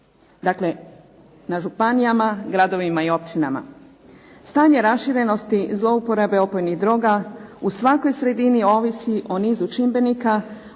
Dakle, na županijama, gradova i općinama. Stanje raširenosti zlouporabe opojnih droga u svakoj sredini ovisi o nizu čimbenika